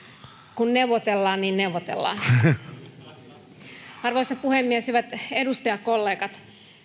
kun neuvotellaan niin neuvotellaan arvoisa puhemies hyvät edustajakollegat